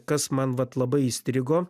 kas man vat labai įstrigo